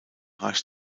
rasch